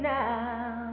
now